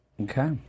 Okay